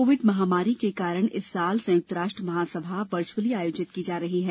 Covid महामारी के कारण इस वर्ष संयुक्त राष्ट्र महासभा वर्चुअली आयोजित की जा रही है